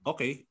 Okay